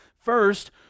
First